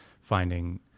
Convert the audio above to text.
finding